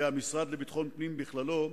והמשרד לביטחון פנים בכללו,